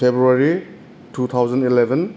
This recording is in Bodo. फेब्रुवारि थुथावजेन एलेबेन